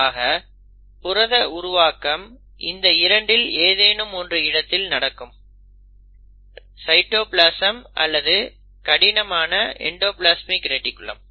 ஆக புரத உருவாக்கம் இந்த இரண்டில் ஏதேனும் ஒரு இடத்தில் நடக்கும் சைட்டோபிளாசம் அல்லது கடினமான எண்டோப்லஸ்மிக் ரெடிக்குலம்